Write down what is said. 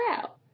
out